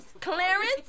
Clarence